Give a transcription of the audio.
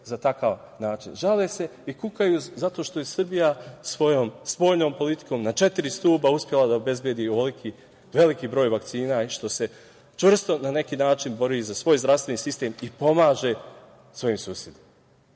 za takav način. Žale se i kukaju zato što je Srbija svojom spoljnom politikom na četiri stuba uspela da obezbedi ovoliko veliki broj vakcina i što se čvrsto bori za svoj zdravstveni sistem i pomaže svojim susedima. Srbija